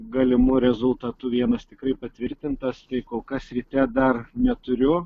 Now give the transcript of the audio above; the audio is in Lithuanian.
galimu rezultatu vienas tikrai patvirtintas tai kol kas ryte dar neturiu